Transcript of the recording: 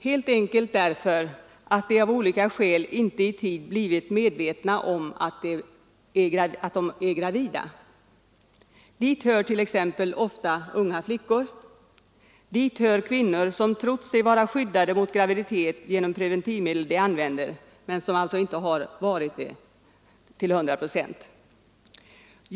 Helt enkelt därför att de av olika skäl inte i tid blivit medvetna om att de är gravida. Dit hör t.ex. ofta unga flickor. Dit hör kvinnor som trott sig vara skyddade mot graviditet genom preventivmedel de använder men som alltså inte har varit det till 100 procent.